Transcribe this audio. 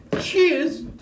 Cheers